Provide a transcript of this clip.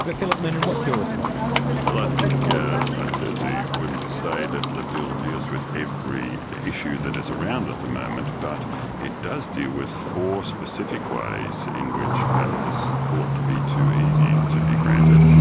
but philip noonan, what's your response? well, i think i certainly wouldn't say that the bill deals with every issue that is around at the moment, but it does deal with four specific ways in which patents are thought to be too easy to be granted.